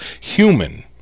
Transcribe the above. human